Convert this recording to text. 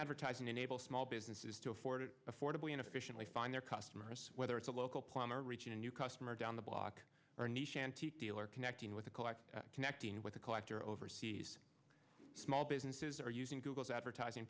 advertising enable small businesses to afford it affordably and efficiently find their customers whether it's a local plumber reaching a new customer down the block or a nice shanty deal or connecting with a collector connecting with a collector overseas small businesses are using google's advertising